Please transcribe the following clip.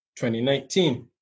2019